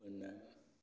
പിന്നെ